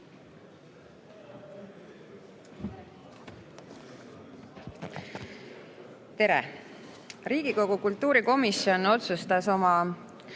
Tere! Riigikogu kultuurikomisjon otsustas oma